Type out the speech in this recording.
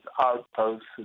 outposts